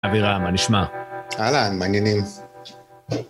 אבירהם, מה נשמע? אהלן, מעניינים.